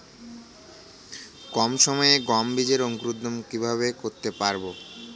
কম সময়ে গম বীজের অঙ্কুরোদগম কিভাবে করতে পারব?